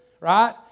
right